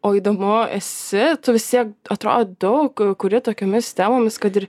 o įdomu esi tu vis tiek atrodo daug kuri tokiomis temomis kad ir